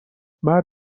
مرد